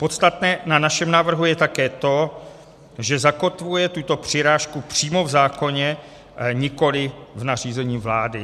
Podstatné na našem návrhu je také to, že zakotvuje tuto přirážku přímo v zákoně, nikoli v nařízení vlády.